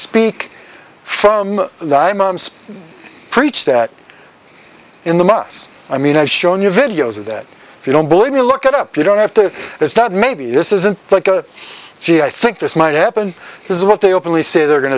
speak from the imams preach that in the us i mean i've shown you videos of that if you don't believe me look at up you don't have to it's that maybe this isn't like a gee i think this might happen this is what they openly say they're going